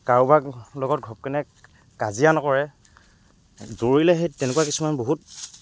কাৰোবাৰ লগত ঘপকৈ নে কাজিয়া নকৰে দৌৰিলে সেই তেনেকুৱা কিছুমান বহুত